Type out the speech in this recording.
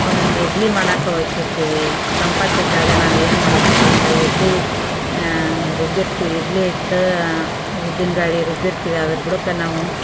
ಒಮ್ಮೊಮ್ಮೆ ಇಡ್ಲಿ ಮಾಡೋಕೆ ಹೋಗಿರ್ತೀವಿ ತಂಪೊತ್ ಇದ್ದಾಗ ನಾವೇನು ಮಾಡಬೇಕಪ್ಪ ಅಂದ್ರೆ ಇಡ್ಲಿ ರುಬ್ಬಿರ್ತೀವಿ ಇಡ್ಲಿಹಿಟ್ಟೂ ಉದ್ದಿನ ಬೇಳೆ ರುಬ್ಬಿರ್ತೀವಿ ಅದರ ಬುಡಕ್ಕೆ ನಾವು